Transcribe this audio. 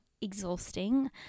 exhausting